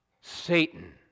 Satan